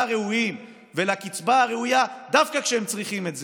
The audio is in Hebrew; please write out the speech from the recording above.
ראויים ולקצבה הראויה דווקא כשהם צריכים את זה,